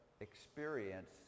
experience